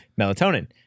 melatonin